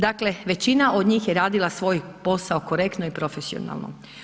Dakle, većina od njih je radila svoj posao korektno i profesionalno.